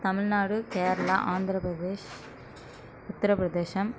Tamil Nadu Kerala Andhra Pradesh Uttar Pradesh